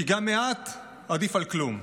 כי גם מעט עדיף על כלום.